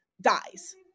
dies